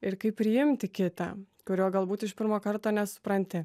ir kaip priimti kitą kurio galbūt iš pirmo karto nesupranti